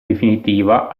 definitiva